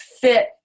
fit